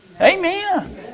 Amen